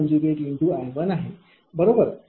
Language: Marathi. तर P jQ2V2I1 आहे हे बरोबर